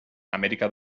amèrica